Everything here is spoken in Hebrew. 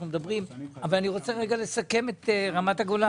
מדברים אבל אני רוצה לסכם את רמת הגולן.